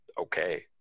okay